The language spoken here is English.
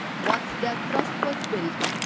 once that trust was built,